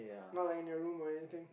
not like in a room or anything